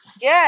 Good